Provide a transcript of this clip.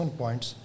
points